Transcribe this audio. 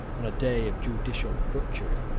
on a day of judicial butchery,